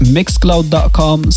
Mixcloud.com